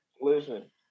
Listen